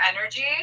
energy